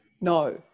No